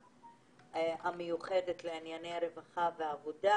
המיוחדת לענייני רווחה ועבודה.